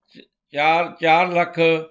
ਚ ਚਾਰ ਚਾਰ ਲੱਖ